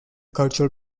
cultural